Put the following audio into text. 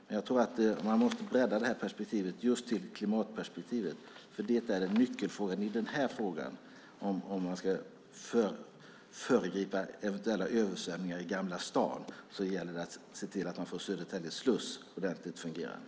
Men jag tror att man måste bredda detta just till klimatperspektivet, för det är en nyckelfråga. Om man ska föregripa eventuella översvämningar i Gamla stan gäller det att se till att man får Södertälje sluss ordentligt fungerande.